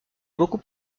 beaucoup